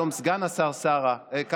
היום סגן השר קארה,